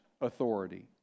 authority